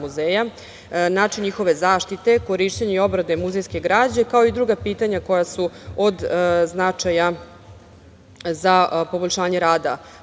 način njihove zaštite, korišćenje i obrade muzejske građe, kao i druga pitanja koja su od značaja za poboljšanje rada